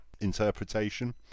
interpretation